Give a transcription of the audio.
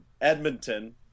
Edmonton